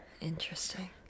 Interesting